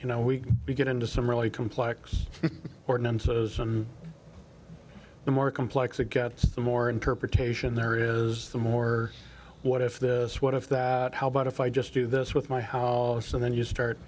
you know we begin into some really complex ordinances and the more complex it gets the more interpretation there is the more what if this what if that how about if i just do this with my hall or so then you start